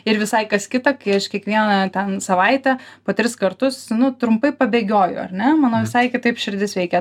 ir visai kas kita kai aš kiekvieną ten savaitę po tris kartus nu trumpai pabėgioju ar ne mano visai kitaip širdis veikia